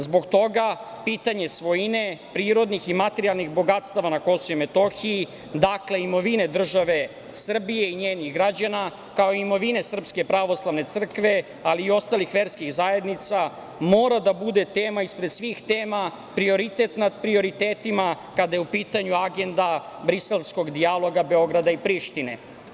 Zbog toga pitanje svojine, prirodnih i materijalnih bogatstava na KiM, dakle imovine države Srbije i njenih građana, kao i imovine SPC ali i ostalih verskih zajednica, mora da bude tema ispred svih tema, prioritet nad prioritetima kada je u pitanju agenda briselskog dijaloga Beograda i Prištine.